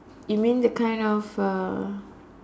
you mean the kind of uh